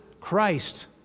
Christ